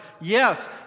Yes